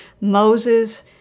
Moses